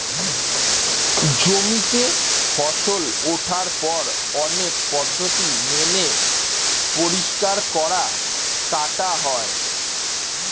জমিতে ফসল ওঠার পর অনেক পদ্ধতি মেনে পরিষ্কার করা, কাটা হয়